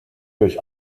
durch